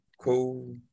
Cool